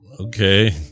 Okay